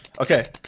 Okay